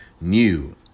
new